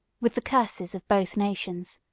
with the curses of both nations